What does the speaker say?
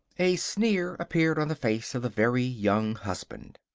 a sneer appeared on the face of the very young husband.